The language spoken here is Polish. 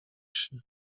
się